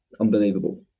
Unbelievable